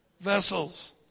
vessels